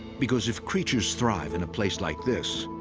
because if creatures thrive in a place like this,